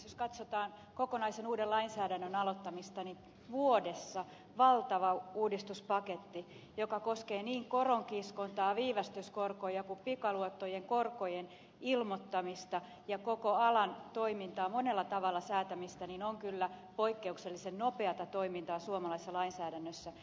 jos katsotaan kokonaisen uuden lainsäädännön aloittamista niin vuodessa aikaansaatu valtava uudistuspaketti joka koskee niin koronkiskontaa viivästyskorkoja kuin pikaluottojen korkojen ilmoittamista ja koko alan toiminnan monella tavalla säätämistä on kyllä poikkeuksellisen nopeata toimintaa suomalaisessa lainsäädännössä